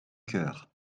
cœur